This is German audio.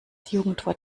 jugendwort